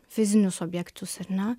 fizinius objektus ar ne